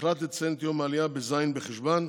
הוחלט לציין את יום העלייה בז' בחשוון,